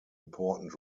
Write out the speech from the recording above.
important